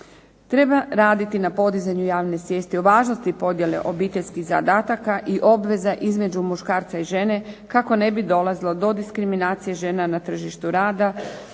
Treba raditi na podizanju javne svijesti o važnosti podjele obiteljskih zadataka i obveza između muškarca i žene kako ne bi dolazilo do diskriminacije žena na tržištu rada